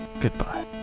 Goodbye